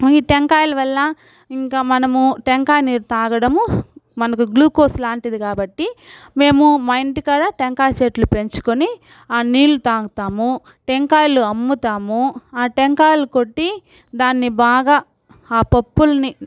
ఈ టెంకాయల వల్ల ఇంక మనము టెంకాయ నీరు తాగడము మనకు గ్లూకోస్ లాంటిది కాబట్టి మేము మా ఇంటికాడ టెంకాయ చెట్లు పెంచుకొని ఆ నీళ్లు తాగుతాము టెంకాయలు అమ్ముతాము ఆ టెంకాయలు కొట్టి దాన్ని బాగా ఆ పప్పుల్ని